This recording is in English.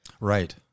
Right